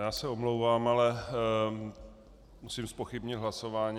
Já se omlouvám, ale musím zpochybnit hlasování.